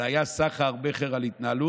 אלא היה סחר-מכר על התנהלות,